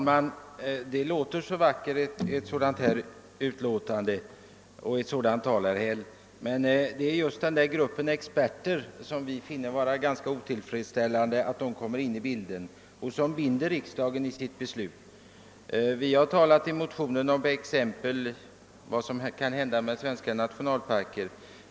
Herr talman! Ett sådant här utlåtande och ett sådant anförande som det herr Häll höll låter så vackert, men det vi finner otillfredsställande är just att expertgruppen kommer in i bilden och binder riksdagen i dess beslut. Vi har i motionen anfört några exempel på vad som kan hända med svenska nationalparker.